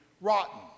rotten